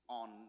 on